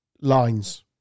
lines